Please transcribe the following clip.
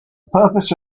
purpose